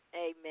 Amen